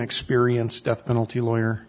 experienced death penalty lawyer